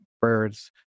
birds